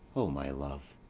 o my love!